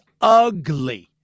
ugly